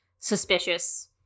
suspicious